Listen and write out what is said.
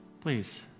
Please